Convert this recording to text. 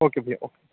okay भइया okay